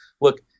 look –